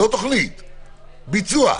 לא תוכנית, ביצוע.